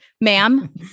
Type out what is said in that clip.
ma'am